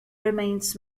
remains